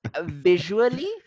visually